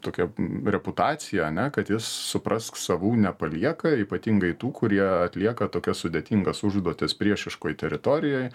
tokia reputacija ane kad jis suprask savų nepalieka ypatingai tų kurie atlieka tokias sudėtingas užduotis priešiškoj teritorijoj